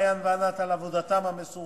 מעיין וענת על עבודתן המסורה,